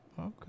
Okay